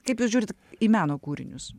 kaip jūs žiūrit į meno kūrinius